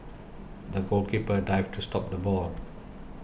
the goalkeeper dived to stop the ball